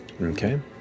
Okay